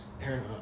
Aaron